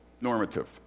normative